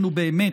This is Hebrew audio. נו, באמת.